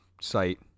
site